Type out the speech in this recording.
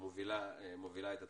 מובילה את התהליך.